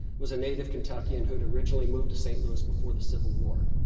was a native kentuckian who had originally moved to st. louis before the civil war.